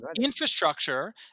Infrastructure